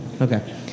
Okay